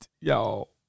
y'all